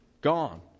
gone